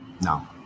No